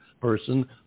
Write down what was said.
person